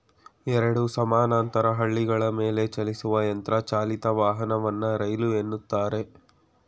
ಎರಡು ಸಮಾನಾಂತರ ಹಳಿಗಳ ಮೇಲೆಚಲಿಸುವ ಯಂತ್ರ ಚಾಲಿತ ವಾಹನವನ್ನ ರೈಲು ಎನ್ನುತ್ತಾರೆ